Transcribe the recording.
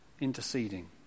interceding